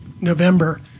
November